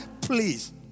please